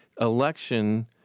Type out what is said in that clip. election